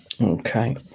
Okay